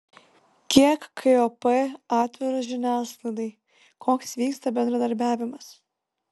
kiek kop atviros žiniasklaidai koks vyksta bendradarbiavimas